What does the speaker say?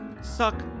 suck